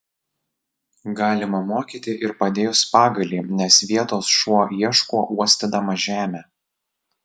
galima mokyti ir padėjus pagalį nes vietos šuo ieško uostydamas žemę